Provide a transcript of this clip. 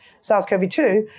SARS-CoV-2